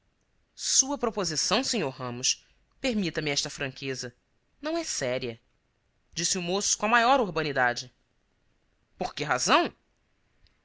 sua proposição sr ramos permita me esta franqueza não é séria disse o moço com a maior urbanidade por que razão